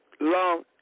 long